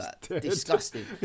Disgusting